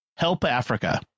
helpafrica